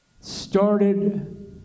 started